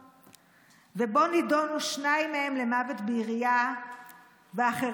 ובו נידונו שניים מהם למוות בירייה ואחרים,